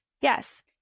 yes